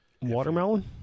Watermelon